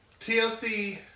TLC